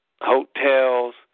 hotels